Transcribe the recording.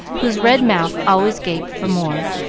whose red mouth always gaped for more.